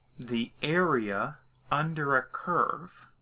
the area under a curve,